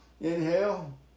Inhale